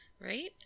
right